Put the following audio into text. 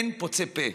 אין פוצה פה,